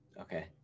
Okay